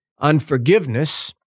Unforgiveness